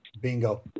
Bingo